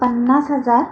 पन्नास हजार